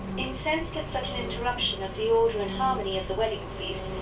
incensed at such an interruption of the order and harmony of the wedding feast,